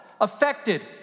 affected